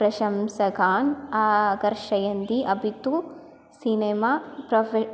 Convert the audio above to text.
प्रशंसकान् आकर्षयन्ति अपि तु सिनेमा प्रोफ़े